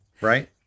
Right